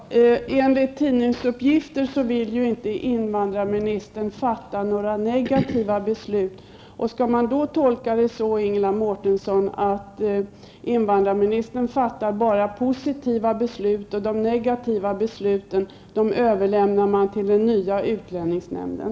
Herr talman! Enligt tidningsuppgifter vill invandrarministern inte fatta negativa beslut. Skall man tolka det så, Ingela Mårtensson, att invandrarministern endast fattar positiva beslut, medan de negativa besluten överlåts på den nya utlänningsnämnden?